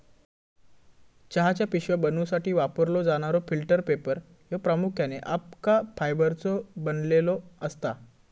चहाच्या पिशव्या बनवूसाठी वापरलो जाणारो फिल्टर पेपर ह्यो प्रामुख्याने अबका फायबरचो बनलेलो असता